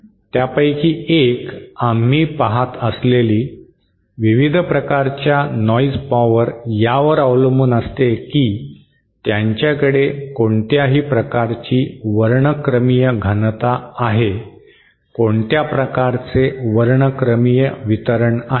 त्यापैकी एक आम्ही पहात असलेली विविध प्रकारच्या नॉइज पॉवर यावर अवलंबून असते की त्यांच्याकडे कोणत्या प्रकारची वर्णक्रमीय घनता आहे कोणत्या प्रकारचे वर्णक्रमीय वितरण आहे